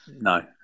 No